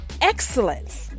excellence